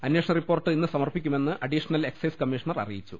അന്വേഷണ റിപ്പോർട്ട് ഇന്ന് സമർപ്പിക്കുമെന്ന് അഡീഷണൽ എക്സൈസ് കമ്മീഷണർ അറിയിച്ചു